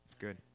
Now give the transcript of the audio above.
Good